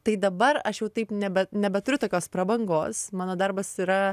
tai dabar aš jau taip nebe nebeturiu tokios prabangos mano darbas yra